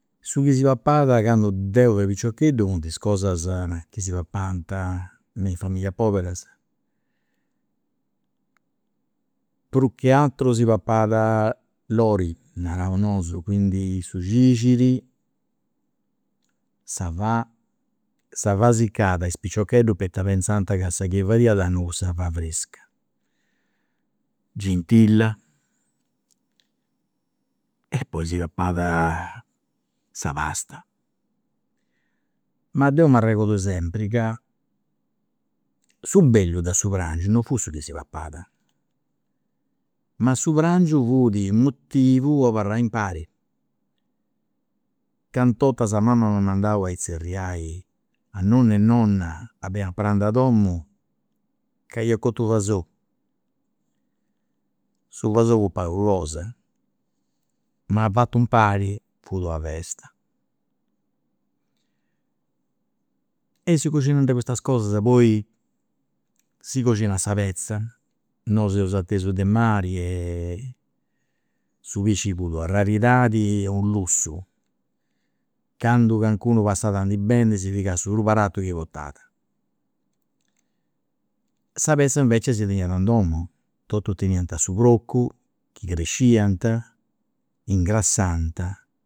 Su chi si papat candu deu fui piciocheddu funt is cosa chi si papant me is familias poberas prus che ateru si papat lori, naraus nosu, quindi su cixiri, sa fà, sa fà siccada is piciocheddus poita pentzant ca sa chi fadiat dannu fut sa fà frisca. Gintilla, e poi si papat sa pasta, ma deu m'arregordu sempri ca su bellu de su prangiu non fut su chi si papat ma su prangiu fut u' motivu po abarrai impari. cantu 'ortas mama m'at mandau a izerriai a nonnu e nonna a beni a prandi a domu, ca ia cotu fasou, su fasou fut pagu cosa, ma fatu impari fut una festa. e si coxinant custas cosa, poi si coxinat sa petza, nosu seus atesu de mari su pisci fut una raridadi e u' lussu, candu calincunu passat a ndi bendi si pigat su prus barattu chi portat sa petza invecias si teniat in domu, totus teniant su procu, chi cresciant, ingrassant